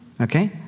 Okay